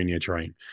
train